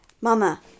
Mama